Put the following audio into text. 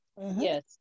Yes